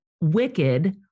Wicked